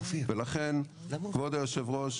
ולכן כבוד היו"ר,